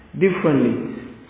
differently